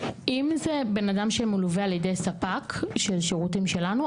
אם זה בן אדם שמלווה על ידי ספק של שירותים שלנו,